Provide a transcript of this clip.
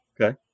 Okay